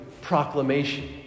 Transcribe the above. proclamation